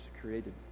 created